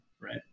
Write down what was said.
right